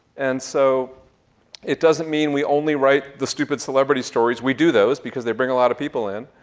and so it doesn't mean we only write the stupid celebrity stories. we do those because they bring a lot of people in,